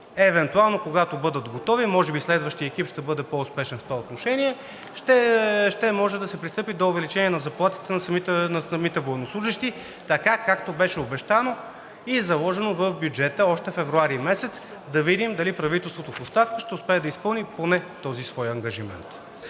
Евентуално, когато бъдат готови – може би следващият екип ще бъде по-успешен в това отношение, ще може да се пристъпи до увеличение на заплатите на самите военнослужещи така, както беше обещано и заложено в бюджета още февруари месец. Да видим дали правителството в оставка ще успее да изпълни поне този свой ангажимент.